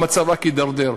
המצב רק הידרדר.